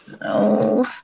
No